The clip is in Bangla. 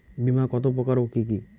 বীমা কত প্রকার ও কি কি?